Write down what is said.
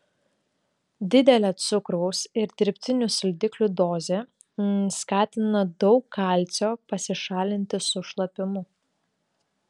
didelė cukraus ir dirbtinių saldiklių dozė skatina daug kalcio pasišalinti su šlapimu